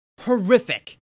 Horrific